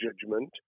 judgment